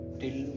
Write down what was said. till